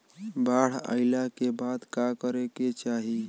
बाढ़ आइला के बाद का करे के चाही?